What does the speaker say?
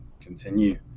continue